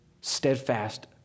steadfast